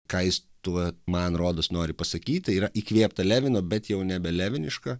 ką jis tuo man rodos nori pasakyt tai yra įkvėpta levino bet jau nebe leviniška